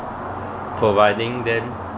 providing them